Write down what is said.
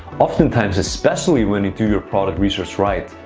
oftentimes, especially when you do your product research right,